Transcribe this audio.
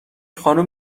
خانم